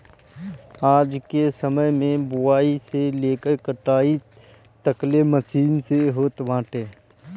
आजके समय में बोआई से लेके कटाई तकले मशीन के होत बाटे